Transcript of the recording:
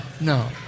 no